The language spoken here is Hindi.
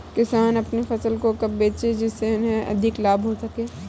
किसान अपनी फसल को कब बेचे जिसे उन्हें अधिक लाभ हो सके?